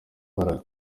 yakoraga